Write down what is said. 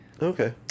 okay